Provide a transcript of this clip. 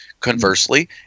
Conversely